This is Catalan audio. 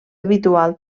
habitual